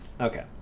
okay